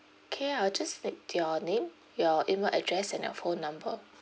okay I'll just need your name your email address and your phone number